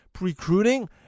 recruiting